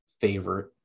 favorite